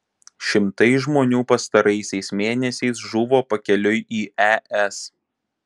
šimtai žmonių pastaraisiais mėnesiais žuvo pakeliui į es